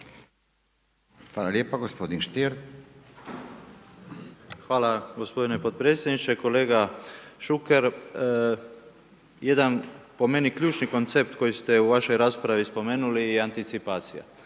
Davor Ivo (HDZ)** Hvala gospodine potpredsjedniče. Kolega Šuker, jedan po meni ključni koncept koji ste u vašoj raspravi spomenuli je i anticipacija.